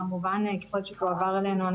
כמובן שככול שתועבר אלינו,